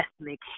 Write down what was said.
ethnic